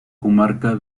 comarca